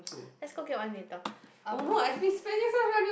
let's go get one later um